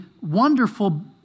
wonderful